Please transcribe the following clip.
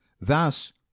Thus